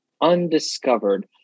undiscovered